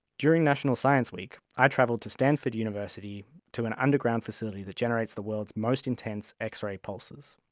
during national science week i travelled to stanford university to an underground facility that generates the world's most intense x-ray pulses.